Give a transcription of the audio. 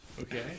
okay